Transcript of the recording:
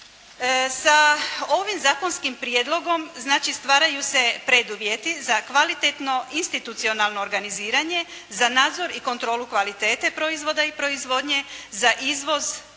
Sa ovim zakonskim prijedlogom znači stvaraju se preduvjeti za kvalitetno institucionalno organiziranje za nadzor i kontrolu kvalitete proizvoda i proizvodnje, za izvoz